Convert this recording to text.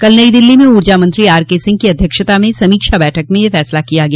कल नई दिल्ली में ऊर्जा मंत्री आरकेसिंह की अध्यक्षता में एक समीक्षा बैठक में यह फैसला किया गया